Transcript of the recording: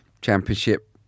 championship